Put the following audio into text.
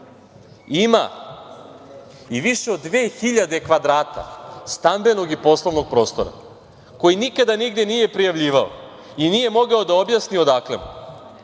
ima i više od 2.000 kvadrata stambenog i poslovnog prostora, koji nikada nigde nije prijavljivao i nije mogao da objasni odakle mu.